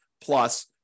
plus